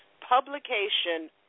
publication